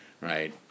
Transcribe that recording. right